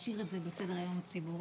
להשאיר את זה בסדר היום הציבורי.